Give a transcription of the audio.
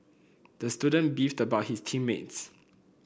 the student beefed about his team mates